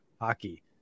hockey